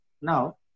now